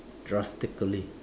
drastically